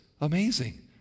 amazing